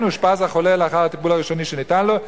אושפז החולה לאחר הטיפול הראשוני שניתן לו,